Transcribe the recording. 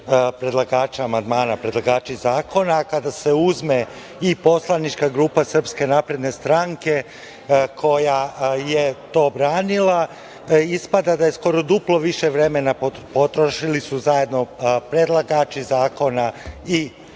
predlagača amandmana, predlagači zakona. Kada se uzme i poslanička grupa SNS, koja je to branila, ispada da skoro duplo više vremena su potrošili zajedno predlagači zakona i poslanička